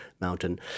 mountain